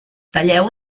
talleu